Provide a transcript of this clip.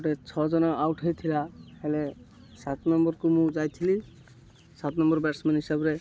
ଗୋଟେ ଛଅ ଜଣ ଆଉଟ୍ ହେଇଥିଲା ହେଲେ ସାତ ନମ୍ବର୍କୁ ମୁଁ ଯାଇଥିଲି ସାତ ନମ୍ବର୍ ବ୍ୟାଟ୍ସମ୍ୟାନ୍ ହିସାବରେ